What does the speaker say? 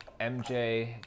MJ